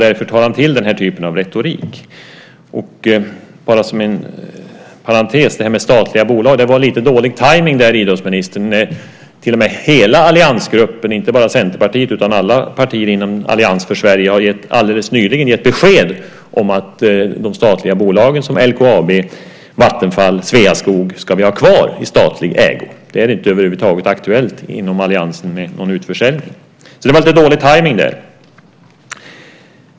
Då tar han till den här typen av retorik. Som en parentes vill jag påpeka att när det gäller statliga bolag var det lite dålig tajmning, idrottsministern. Hela alliansgruppen - inte bara Centerpartiet utan alla partier inom Allians för Sverige - har alldeles nyligen gett besked om att de statliga bolagen, till exempel LKAB, Vattenfall och Sveaskog, ska vi ha kvar i statlig ägo. Det är inte över huvud taget aktuellt inom alliansen med någon utförsäljning. Det var alltså lite dålig tajmning där.